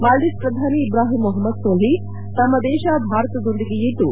ಮಾಲ್ಲೀವ್ಸ್ನ ಶ್ರಧಾನಿ ಇಬ್ರಾಹಿಂ ಮೊಹಮ್ನದ್ ಸೊಲ್ತಿ ತಮ್ನ ದೇಶ ಭಾರತದೊಂದಿಗೆ ಇದ್ದು